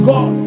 God